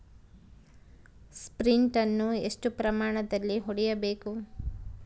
Sprint ಅನ್ನು ಎಷ್ಟು ಪ್ರಮಾಣದಲ್ಲಿ ಹೊಡೆಯಬೇಕು?